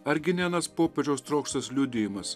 argi ne anas popiežiaus trokštas liudijimas